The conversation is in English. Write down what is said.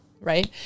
right